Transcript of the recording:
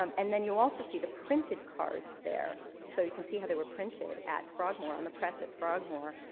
um and then you also see the printed cards there. so you can see how they were printed at frogmore, on the press at frogmore.